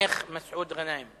המחנך מסעוד גנאים,